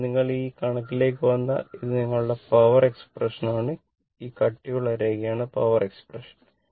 ഇപ്പോൾ നിങ്ങൾ ഈ കണക്കിലേക്ക് വന്നാൽ ഇത് നിങ്ങളുടെ പവർ എക്സ്പ്രഷൻ ആണ് ഈ കട്ടിയുള്ള രേഖയാണ് പവർ എക്സ്പ്രഷൻ